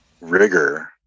rigor